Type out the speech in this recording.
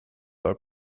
are